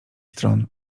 stron